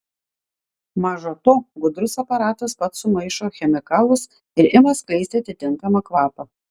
maža to gudrus aparatas pats sumaišo chemikalus ir ima skleisti atitinkamą kvapą